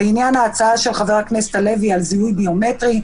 להצעה של חבר הכנסת הלוי לזיהוי ביומטרי,